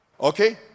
Okay